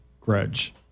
grudge